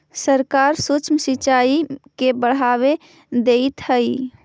सरकार सूक्ष्म सिंचाई के बढ़ावा देइत हइ